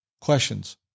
Questions